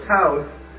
house